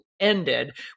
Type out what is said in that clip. ended